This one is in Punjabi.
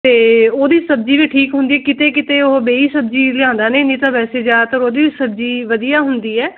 ਅਤੇ ਉਹਦੀ ਸਬਜ਼ੀ ਵੀ ਠੀਕ ਹੁੰਦੀ ਕਿਤੇ ਕਿਤੇ ਉਹ ਬੇਹੀ ਸਬਜ਼ੀ ਲਿਆਉਂਦਾ ਨਹੀਂ ਨਹੀਂ ਤਾਂ ਵੈਸੇ ਜ਼ਿਆਦਾਤਰ ਉਹਦੀ ਵੀ ਸਬਜ਼ੀ ਵਧੀਆ ਹੁੰਦੀ ਹੈ